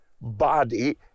body